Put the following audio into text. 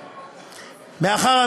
מאחר,